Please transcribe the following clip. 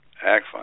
Excellent